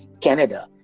Canada